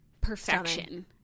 perfection